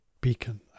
beacon